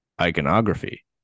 iconography